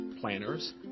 planners